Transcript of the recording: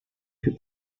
più